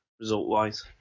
result-wise